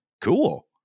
cool